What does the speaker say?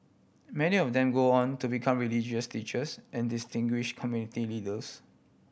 many of them go on to become religious teachers and distinguish community leaders